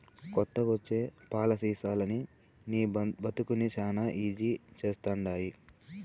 కొత్తగొచ్చే పాలసీలనీ నీ బతుకుని శానా ఈజీ చేస్తండాయి